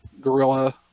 gorilla